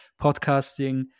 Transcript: podcasting